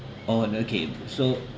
all owner came so